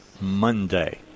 Monday